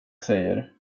säger